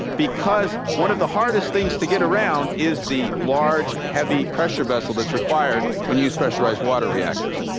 because one of the hardest things to get around is the large heavy pressure vessel that's required when use pressurized water reactors.